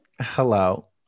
Hello